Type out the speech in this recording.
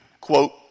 quote